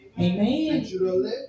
Amen